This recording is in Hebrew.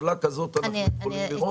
טבלה כזאת יש לנו ואנחנו יכולים לראות?